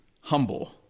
humble